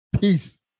Peace